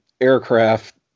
aircraft